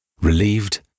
Relieved